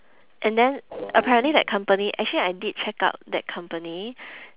and then apparently that company actually I did check out that company